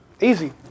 easy